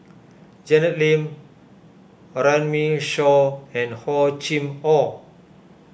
Janet Lim Runme Shaw and Hor Chim or